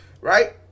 right